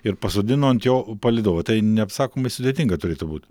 ir pasodino ant jo palydovą tai neapsakomai sudėtinga turėtų būt